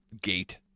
gate